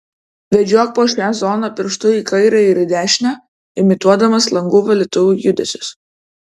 vedžiok po šią zoną pirštu į kairę ir į dešinę imituodamas langų valytuvų judesius